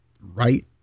right